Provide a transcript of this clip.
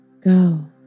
go